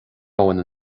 romhainn